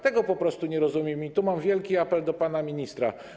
Tego po prostu nie rozumiem i tu mam wielki apel do pana ministra.